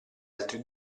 altri